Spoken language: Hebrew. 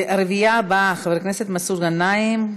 הרביעייה הבאה: חברי הכנסת מסעוד גנאים,